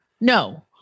no